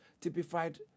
typified